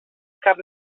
cap